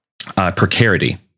precarity